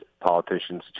politicians